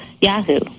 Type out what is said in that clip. Yahoo